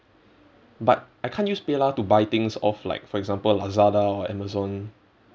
but I can't use paylah to buy things off like for example lazada or amazon